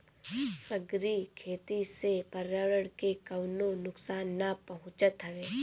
सागरी खेती से पर्यावरण के कवनो नुकसान ना पहुँचत हवे